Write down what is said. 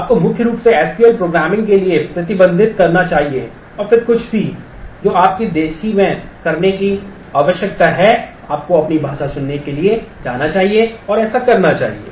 आपको मुख्य रूप से एसक्यूएल प्रोग्रामिंग के लिए प्रतिबंधित करना चाहिए और फिर कुछ भी जो आपको देशी में करने की आवश्यकता है आपको अपनी भाषा चुनने के लिए जाना चाहिए और ऐसा करना चाहिए